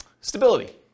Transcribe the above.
stability